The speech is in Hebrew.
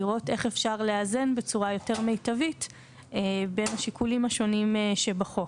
לראות איך אפשר לאזן בצורה יותר מיטבית בין השיקולים השונים שבחוק.